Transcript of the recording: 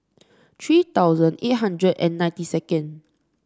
three thousand eight hundred and ninety second